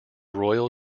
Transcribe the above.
royal